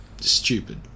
stupid